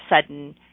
sudden